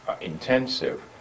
intensive